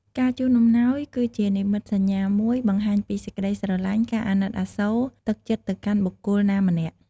ការជូនអំណោយគឺជានិមិត្តសញ្ញាមួយបង្ហាញពីសេចក្ដីស្រឡាញ់ ការអាណិតអាសូរ ទឹកចិត្តទៅកាន់បុគ្គលណាម្នាក់។